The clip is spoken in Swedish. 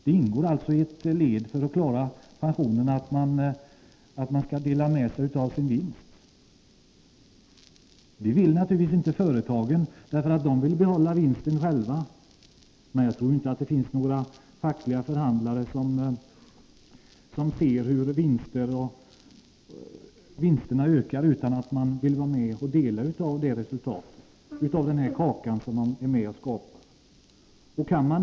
Det ingår alltså som ett led i strävan att klara pensionerna att företagen delar med sig av sin vinst. Det vill naturligtvis inte företagen, därför att de vill behålla vinsten själva. Men de fackliga förhandlarna, som ser hur vinsterna ökar, vill säkert att de som bidrar till att skapa dessa vinster skall få vara med och dela på kakan.